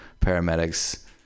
paramedics